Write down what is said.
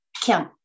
Kim